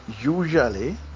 usually